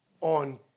on